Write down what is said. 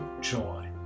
joy